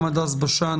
גם הדס בשן